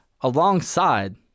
alongside